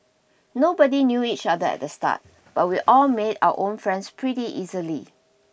nobody knew each other at the start but we all made our own friends pretty easily